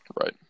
Right